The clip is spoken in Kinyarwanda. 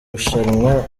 rushanwa